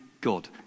God